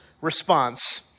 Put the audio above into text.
response